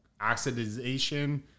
oxidization